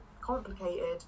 complicated